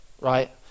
right